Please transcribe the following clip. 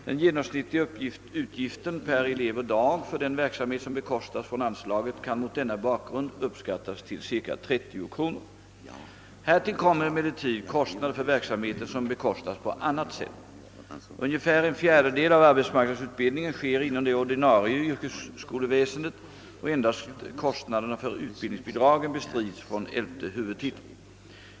Den genomsnittliga utgiften per elev och dag för den verksamhet som bekostas från anslaget kan mot denna bakgrund uppskattas till ca 30 kr. Härtill kommer emellertid kostnader för verksamheten som bekostas på annat sätt. Ungefär en fjärdedel av arbetsmarknadsutbildningen sker inom det ordinarie yrkesskolväsendet och endast kostnaderna för utbildningsbidragen bestrids från elfte huvudtiteln.